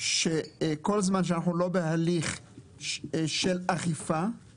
שכל זמן שאנחנו לא בהליך של אכיפה,